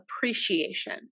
appreciation